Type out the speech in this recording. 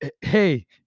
hey